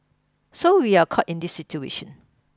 so we are caught in this situation